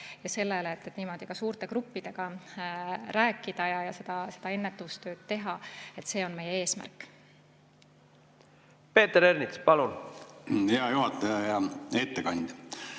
ja sellele, et niimoodi ka suurte gruppidega rääkida ja seda ennetustööd teha. See on meie eesmärk. Peeter Ernits, palun! Hea juhataja! Hea